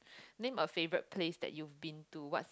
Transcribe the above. name a favorite place that you've been to what